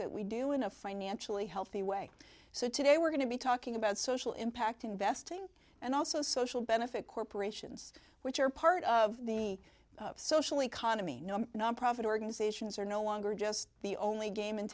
that we do in a financially healthy way so today we're going to be talking about social impact investing and also social benefit corporations which are part of the socially condamine nonprofit organizations are no longer just the only game in